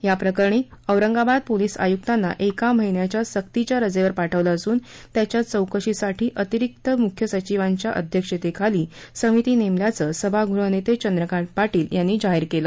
याप्रकरणी औरंगाबाद पोलीस आयुक्तांना एका महिन्याच्या सक्तीच्या रजेवर पाठवलं असून त्याच्या चौकशीसाठी अतिरिक्त मुख्य सचिवांच्या अध्यक्षतेखाली समिती नेमल्याचं सभागृह नेते चंद्रकांत पाटील यांनी जाहीर केलं